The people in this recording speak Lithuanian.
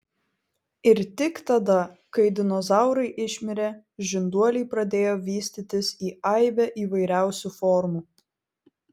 ir tik tada kai dinozaurai išmirė žinduoliai pradėjo vystytis į aibę įvairiausių formų